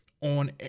on